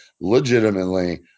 legitimately